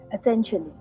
essentially